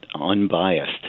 unbiased